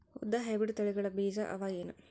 ಉದ್ದ ಹೈಬ್ರಿಡ್ ತಳಿಗಳ ಬೀಜ ಅವ ಏನು?